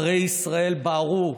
ערי ישראל בערו,